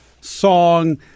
song